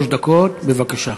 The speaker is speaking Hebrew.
בבקשה.